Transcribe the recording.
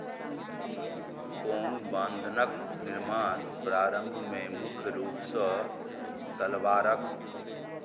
ओम बान्धनक निर्माण प्रारम्भमे मुख्य रूपसँ तलवारक